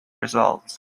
results